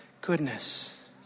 Goodness